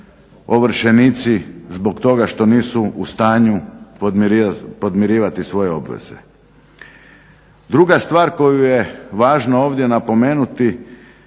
ovršenici zbog toga što nisu u stanju podmirivati svoje obveze. Druga stvar koju je važno ovdje napomenuti,